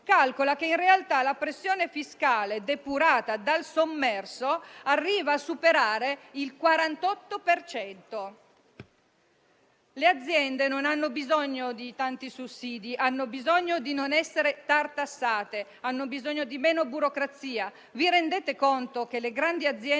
calcola che in realtà la pressione fiscale, depurata dal sommerso, arriva a superare il 48 per cento. Le aziende hanno bisogno non di tanti sussidi, ma di non essere tartassate; hanno bisogno di meno burocrazia. Vi rendete conto che le grandi aziende